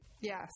Yes